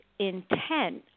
Intent